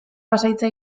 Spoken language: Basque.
pasahitza